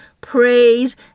praise